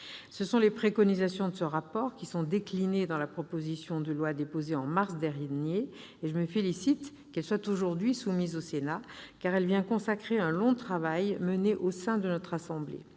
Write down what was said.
Ce sont les préconisations de ce rapport qui sont déclinées dans la proposition de loi déposée en mars dernier. Je me félicite que ce texte soit aujourd'hui soumis au Sénat, car il vient consacrer un long travail mené au sein de notre assemblée.